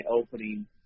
opening